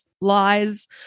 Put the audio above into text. lies